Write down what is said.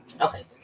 Okay